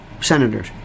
senators